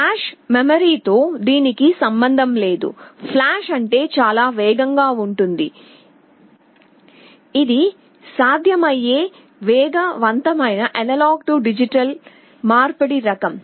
flash మెమరీతో దీనికి సంబంధం లేదు ఫ్లాష్ అంటే చాలా వేగంగా ఉంటుంది ఇది సాధ్యమయ్యే వేగవంతమైన A D మార్పిడి రకం